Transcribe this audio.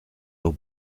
nur